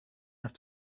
have